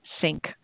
sink